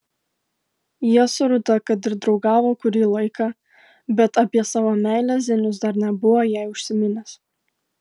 jie su rūta kad ir draugavo kurį laiką bet apie savo meilę zenius dar nebuvo jai užsiminęs